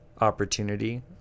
opportunity